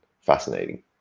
fascinating